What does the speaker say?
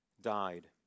died